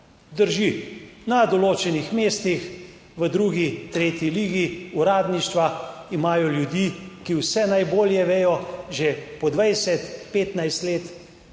Drži, na določenih mestih v drugi, tretji ligi uradništva imajo ljudi, ki vse najbolje vedo, že po 20, 15 let,